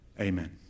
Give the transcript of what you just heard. Amen